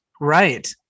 Right